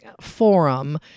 forum